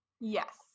yes